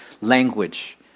language